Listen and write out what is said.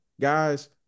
guys